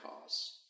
cause